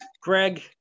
Greg